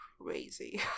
crazy